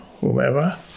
whomever